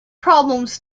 problems